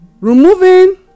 Removing